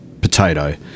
potato